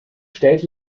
stellt